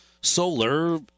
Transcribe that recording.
solar